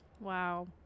Wow